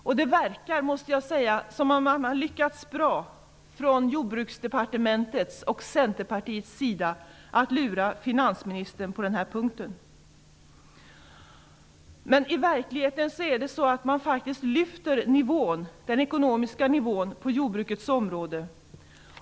Jag måste säga att det verkar som om man har lyckats bra från Jordbruksdepartementets och Centerpartiets sida att lura finansministern på den här punkten. Men i verkligheten lyfter man faktiskt den ekonomiska nivån på jordbrukets område.